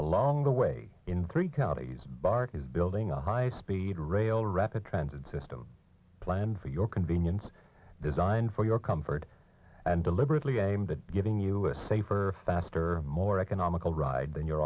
along the way in three counties building a high speed rail rapid transit system planned for your convenience designed for your comfort and deliberately aimed at giving you a safer faster more economical ride than your